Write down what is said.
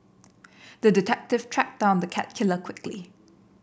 the detective tracked down the cat killer quickly